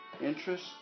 interest